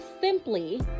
simply